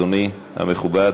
אדוני המכובד.